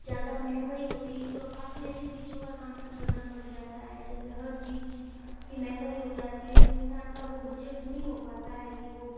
ज़्यादा महंगाई होती है तो काफ़ी ऐसी चीज़ों का सामना पड़ जाता है जैसे हर चीज की महंगाई हो जाती है तो इंसान का वो बजट नहीं हो पता है कि वो